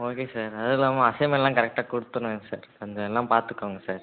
okay sir அதுவும் இல்லாமல் அசைன்மென்ட்லாம் கரெக்டாக கொடுத்துருவேன் சார் அந்த எல்லாம் பார்த்துக்கோங்க சார்